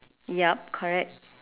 yup correct